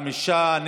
חמישה,